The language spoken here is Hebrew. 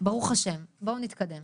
ברוך השם, בואו נתקדם.